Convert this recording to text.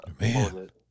Man